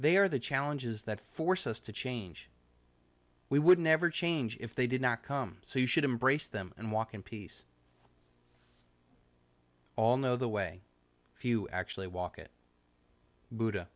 they are the challenges that force us to change we would never change if they did not come so you should embrace them and walk in peace all know the way few actually walk it buddha